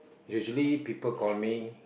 usually people call me